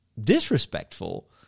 disrespectful